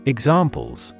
Examples